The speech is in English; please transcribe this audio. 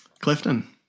Clifton